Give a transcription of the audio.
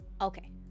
Okay